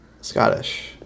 Scottish